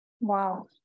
Wow